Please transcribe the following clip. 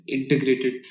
Integrated